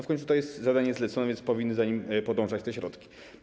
W końcu to jest zadanie zlecone, więc powinny za nim podążać środki.